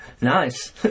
Nice